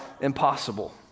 impossible